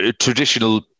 traditional